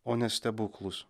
o ne stebuklus